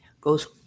goes